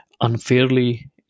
unfairly